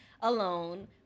alone